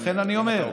אז לכן אני אומר.